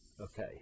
Okay